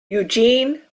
eugene